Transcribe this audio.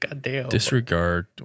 Disregard